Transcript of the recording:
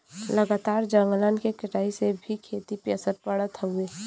लगातार जंगलन के कटाई से भी खेती पे असर पड़त हउवे